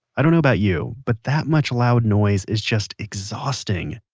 i don't know about you, but that much loud noise is just exhausting.